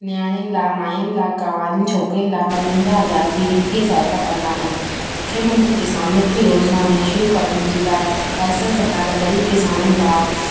नियाणियुनि लाइ माइनि लाइ कुवांरियुनि छोकिरियुनि लाइ पंजवंजाह हज़ार जी वित्तीअ सहायता कंदा आहिनि मुख्यमंत्री किसान मित्र योजिना में शुरू करण जे लाइ राजस्थान सरकारि जा ग़रीबु किसाननि लाइ